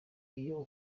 iyo